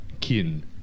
kin